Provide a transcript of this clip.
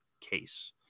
case